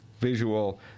visual